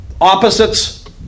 opposites